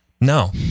No